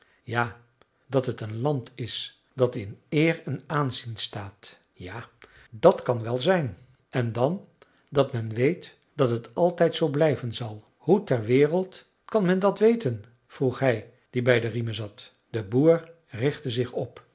ja dat het een land is dat in eer en aanzien staat ja dat kan wel zijn en dan dat men weet dat het altijd zoo blijven zal hoe ter wereld kan men dat weten vroeg hij die bij de riemen zat de boer richtte zich op